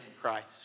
Christ